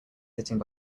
sitting